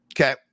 Okay